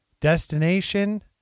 Destination